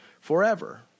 forever